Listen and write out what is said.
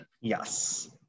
yes